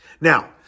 Now